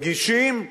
רגישים,